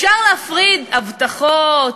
אפשר להפריד, הבטחות,